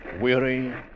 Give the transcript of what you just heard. Weary